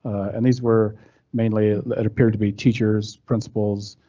and these were mainly. it appeared to be teachers, principals,